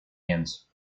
hands